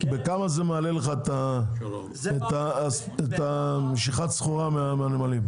בכמה זה מעלה את משיכת הסחורה מהנמלים?